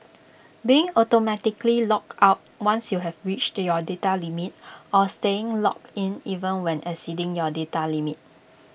being automatically logged out once you have reached your data limit or staying logged in even when exceeding your data limit